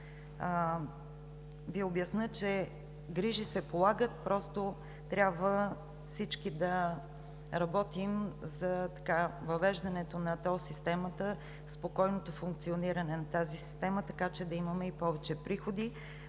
Ви обясня, че грижи се полагат, просто трябва всички да работим за въвеждането на ТОЛ системата и спокойното функциониране на тази система, така че да имаме и повече приходи